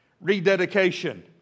rededication